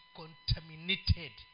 contaminated